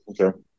okay